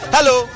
Hello